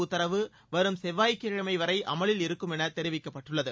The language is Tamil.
உத்தரவு வரும் செவ்வாய் கிழமை வரை அமலில் இந்த தடை இருக்கும் என தெரிவிக்கப்பட்டுள்ளது